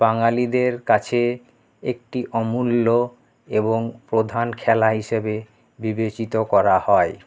বাঙালিদের কাছে একটি অমূল্য এবং প্রধান খেলা হিসেবে বিবেচিত করা হয়